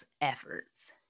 efforts